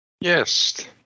Yes